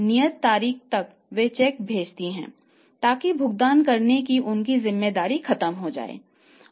नियत तारीख तक वे चेक भेजते हैं ताकि भुगतान करने की उनकी जिम्मेदारी खत्म हो जाए